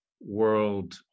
World